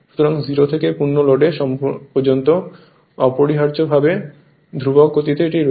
সুতরাং 0 থেকে পূর্ণ লোড পর্যন্ত অপরিহার্যভাবে ধ্রুব গতিতে এটি রয়েছে